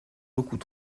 beaucoup